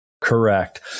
Correct